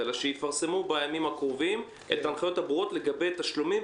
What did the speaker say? שאנחנו עוסקים בו בהרבה מאוד בעבודה שקשורה להנגשת המידע